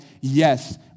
yes